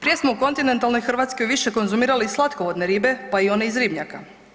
Prije smo u kontinentalnoj Hrvatskoj više konzumirali slatkovodne ribe, pa i one iz ribnjaka.